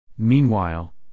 Meanwhile